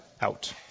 out